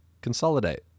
Consolidate